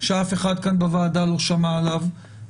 שאף אחד כאן בוועדה לא שמע עליו,